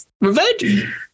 Revenge